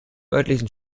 örtlichen